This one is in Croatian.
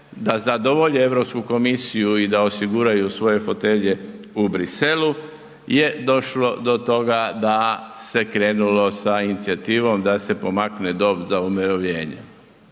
da zadovolje Europsku komisiju i da osiguraju svoje fotelje u Bruxellesu je došlo do toga da se krenulo sa inicijativom da se pomakne dob za umirovljenje.